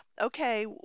okay